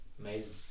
Amazing